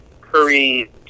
Curry